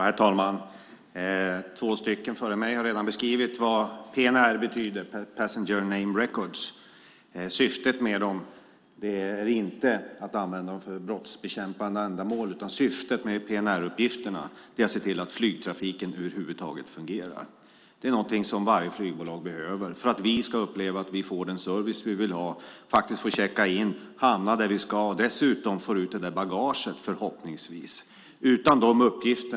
Herr talman! Två talare före mig har redan beskrivit vad PNR betyder, nämligen passenger name records. Syftet med PNR-uppgifterna är inte att de ska användas för brottsbekämpande ändamål, utan syftet är att se till att flygtrafiken över huvud taget fungerar. Det är någonting varje flygbolag behöver för att vi ska uppleva att vi får den service vi vill ha - att vi får checka in, att vi hamnar där vi ska och dessutom förhoppningsvis får ut det där bagaget.